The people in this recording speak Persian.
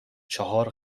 چهار